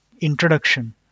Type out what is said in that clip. introduction